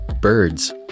Birds